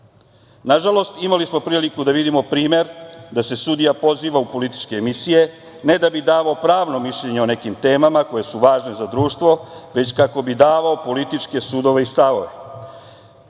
Nažalost, imali smo priliku da vidimo primer da se sudija poziva u političke emisije, ne da bi davao pravno mišljenje o nekim temama koje su važne za društvo, već kako bi davao političke sudove i stavove.